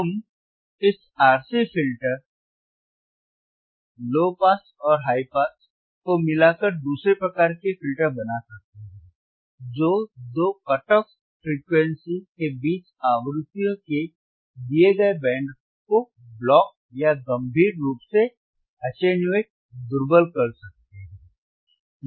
हम इस RC filter low pass और हाई पास को मिलाकर दूसरे प्रकार के फिल्टर बना सकते हैं जो दो कट ऑफ फ्रीक्वेंसी के बीच आवृत्तियों के दिए गए बैंड को ब्लॉक या गंभीर रूप से अटेननुयेट दुर्बल कर सकते हैं